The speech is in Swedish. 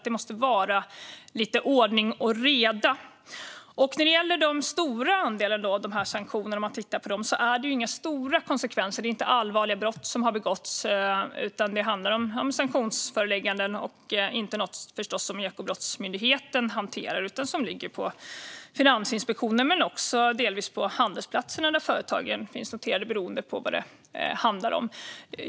Det måste vara lite ordning och reda. När det gäller den stora andelen sanktioner handlar det inte om några stora konsekvenser, för det är inte allvarliga brott som har begåtts. Det handlar i stället om sanktionsförelägganden, och det är inget som Ekobrottsmyndigheten hanterar. Det ligger på Finansinspektionen - men också delvis på de handelsplatser där företagen finns noterade, beroende på vad det handlar om.